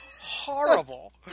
horrible